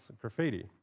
graffiti